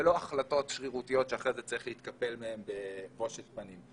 ולא החלטות שרירותיות שאחרי זה צריך להתקפל מהן בבושת פנים.